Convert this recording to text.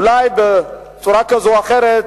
אולי בצורה כזאת או אחרת,